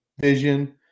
vision